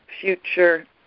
future